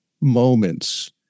moments